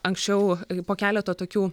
anksčiau po keleto tokių